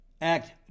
act